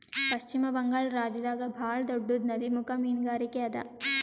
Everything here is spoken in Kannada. ಪಶ್ಚಿಮ ಬಂಗಾಳ್ ರಾಜ್ಯದಾಗ್ ಭಾಳ್ ದೊಡ್ಡದ್ ನದಿಮುಖ ಮೀನ್ಗಾರಿಕೆ ಅದಾ